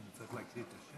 שלוש דקות, חבר הכנסת,